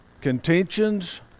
contentions